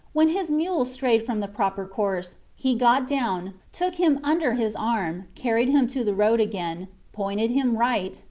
when his mule strayed from the proper course, he got down, took him under his arm, carried him to the road again, pointed him right,